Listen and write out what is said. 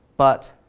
but